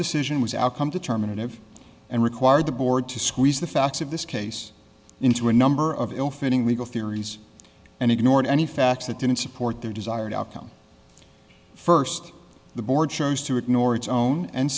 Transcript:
decision was outcome determinative and required the board to squeeze the facts of this case into a number of ill fitting legal theories and ignored any facts that didn't support their desired outcome first the board chose to ignore its own and